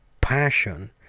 passion